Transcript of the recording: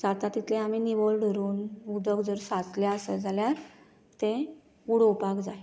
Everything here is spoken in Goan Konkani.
जाता तितले निवळ दवरून उदक जर सांचले आसत जाल्यार तें उडोवपाक जाय